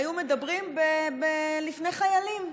היו מדברים לפני חיילים,